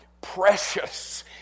precious